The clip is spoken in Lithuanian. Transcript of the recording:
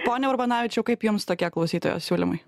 pone urbanavičiau kaip jums tokie klausytojos siūlymai